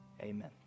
amen